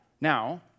Now